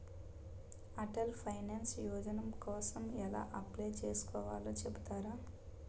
Atal pension యోజన కోసం ఎలా అప్లయ్ చేసుకోవాలో చెపుతారా?